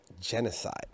genocide